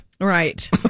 Right